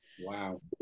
Wow